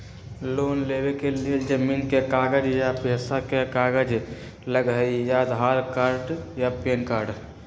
Loan लेवेके लेल जमीन के कागज या पेशा के कागज लगहई या आधार कार्ड या पेन कार्ड?